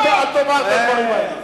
אל תאמר את הדברים האלה.